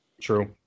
True